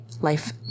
life